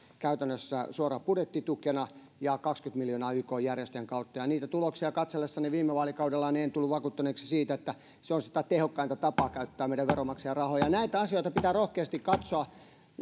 käytännössä suoraan budjettitukena ja kaksikymmentä miljoonaa ykn järjestöjen kautta niitä tuloksia katsellessani viime vaalikaudella en tullut vakuuttuneeksi siitä että se olisi tehokkain tapa käyttää meidän veronmaksajien rahoja näitä asioita pitää katsoa